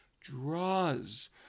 draws